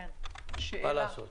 במדינה הזאת